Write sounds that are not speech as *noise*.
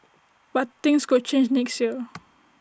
but things could change next year *noise*